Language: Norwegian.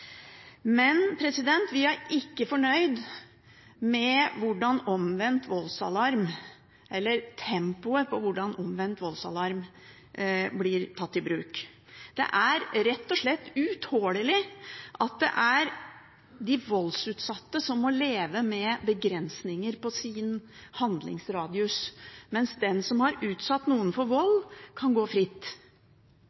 vi er ikke fornøyd med tempoet når det gjelder hvordan omvendt voldsalarm blir tatt i bruk. Det er rett og slett utålelig at det er de voldsutsatte som må leve med begrensninger på sin handlingsradius, mens den som har utsatt noen for vold, kan gå fritt